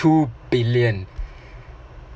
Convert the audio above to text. two billion